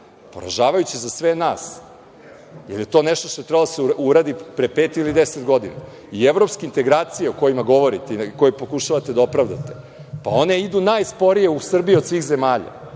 poražavajuće za sve nas, jer je to nešto što je trebalo da se uradi pre pet ili deset godina. Evropske integracije o kojima govorite i koje pokušavate da opravdate, one idu najsporije u Srbiji od svih zemalja.